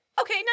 okay